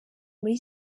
muri